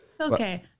Okay